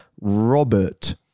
Robert